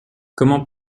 comment